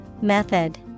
Method